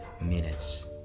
minutes